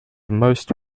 most